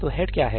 तो हेड क्या है